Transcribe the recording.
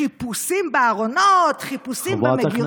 חיפושים בארונות, חיפושים במגירות?